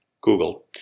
Google